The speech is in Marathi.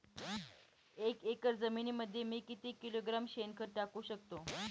एक एकर जमिनीमध्ये मी किती किलोग्रॅम शेणखत टाकू शकतो?